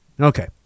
Okay